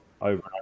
over